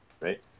right